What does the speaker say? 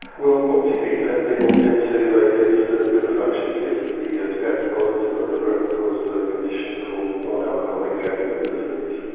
well more particularly fat people tend to like get disturbed liver function tests. the ah fat deposits in the liver and causes a condition called non-alcoholic fatty liver disease.